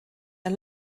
are